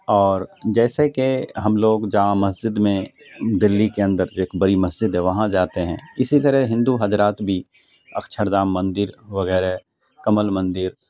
اور جیسے کہ ہم لوگ جامع مسجد میں دلی کے اندر ایک بڑی مسجد ہے وہاں جاتے ہیں اسی طرح ہندو حضرات بھی اکچھردھام مندر وغیرہ کمل مندر